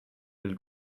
will